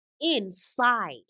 inside